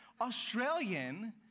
Australian